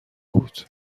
بود